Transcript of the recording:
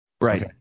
right